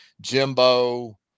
Jimbo